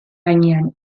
gainean